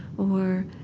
or,